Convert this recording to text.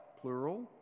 plural